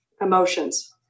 Emotions